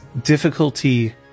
difficulty